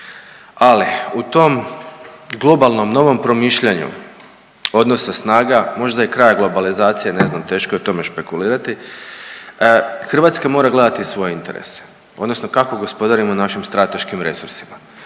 Ali u tom globalnom novom promišljanu odnosa snaga možda i kraja globalizacije, ne znam teško je o tome špekulirati, Hrvatska mora gledati svoje interese odnosno kako gospodarimo našim strateškim resursima.